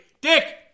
Dick